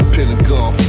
Pentagon